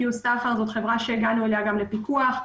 קיו-סחר זאת חברה שהגענו אליה גם לפיקוח,